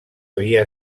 havia